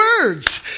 words